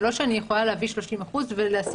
עדיין זה לא שאני יכולה להביא 30% ולשים